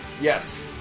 Yes